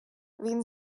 він